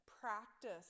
practice